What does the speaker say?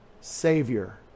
Savior